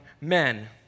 men